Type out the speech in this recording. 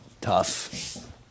tough